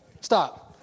Stop